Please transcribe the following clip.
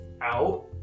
out